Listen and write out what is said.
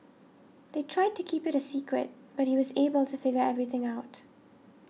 they tried to keep it a secret but he was able to figure everything out